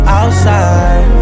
outside